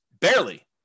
barely